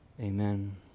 Amen